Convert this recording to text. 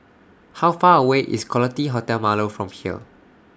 How Far away IS Quality Hotel Marlow from here